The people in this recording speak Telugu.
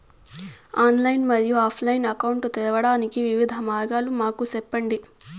ఆన్లైన్ మరియు ఆఫ్ లైను అకౌంట్ తెరవడానికి వివిధ మార్గాలు మాకు సెప్పండి?